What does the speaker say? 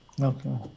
Okay